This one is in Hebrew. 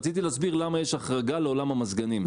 רק רציתי להסביר למה יש החרגה לעולם המזגנים.